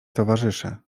towarzysze